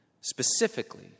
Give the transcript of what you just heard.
specifically